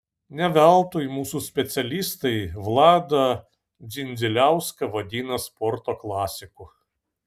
ne veltui mūsų specialistai vladą dzindziliauską vadino sporto klasiku